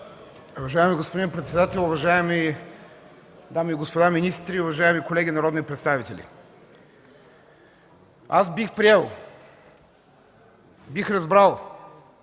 Уважаеми господин председател, уважаеми дами и господа министри, уважаеми колеги народни представители! Аз бих приел, бих разбрал